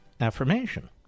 affirmation